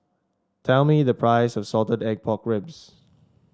tell me the price of Salted Egg Pork Ribs